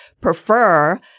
prefer